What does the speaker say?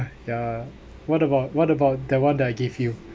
yeah what about what about that one that I give you